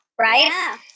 right